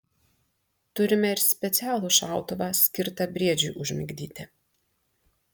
turime ir specialų šautuvą skirtą briedžiui užmigdyti